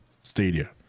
Stadia